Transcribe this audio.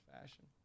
fashion